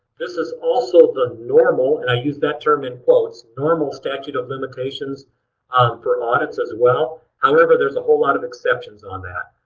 this is also the normal, and i use that term in quotes, normal statute of limitations ah for audits as well. however, there's a whole lot of exceptions on that.